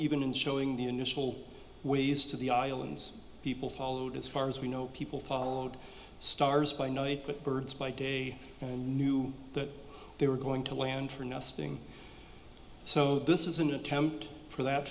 even in showing the initial ways to the islands people followed as far as we know people followed stars by night birds by day and knew that they were going to land for nesting so this is an attempt for that